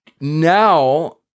now